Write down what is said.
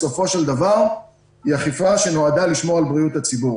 בסופו של דבר היא אכיפה שנועדה לשמור על בריאות הציבור.